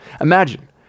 Imagine